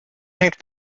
hängt